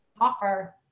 offer